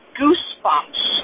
goosebumps